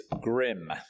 grim